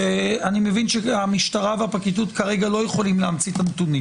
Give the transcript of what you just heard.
ואני מבין שהמשטרה והפרקליטות כרגע לא יכולים להמציא את הנתונים